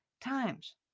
times